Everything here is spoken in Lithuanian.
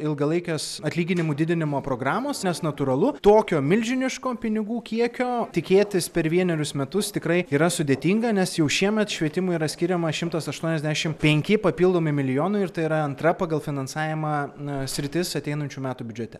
ilgalaikės atlyginimų didinimo programos nes natūralu tokio milžiniško pinigų kiekio tikėtis per vienerius metus tikrai yra sudėtinga nes jau šiemet švietimui yra skiriama šimtas aštuoniasdešimr penki papildomi milijonai ir tai yra antra pagal finansavimą na sritis ateinančių metų biudžete